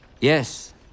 Yes